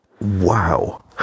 Wow